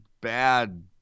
bad